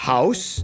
House